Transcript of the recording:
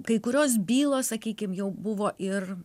kai kurios bylos sakykim jau buvo ir